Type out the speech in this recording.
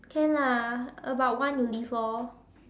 can lah about one you leave lor